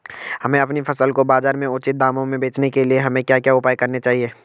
हमें अपनी फसल को बाज़ार में उचित दामों में बेचने के लिए हमें क्या क्या उपाय करने चाहिए?